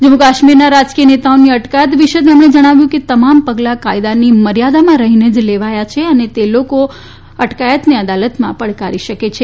જમ્મુ કાશ્મીરના રાજકીય નેતાઓની અટકાયત વિષે તેમણે જણાવ્યું હતું કે તમામ પગલાં કાયદાની મર્યાદામાં રહીને જ લેવાયાં છે અને તે લોકો અટકાયતને અદાલતમાં પડકારી શકે છે